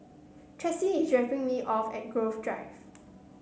Tressie is dropping me off at Grove Drive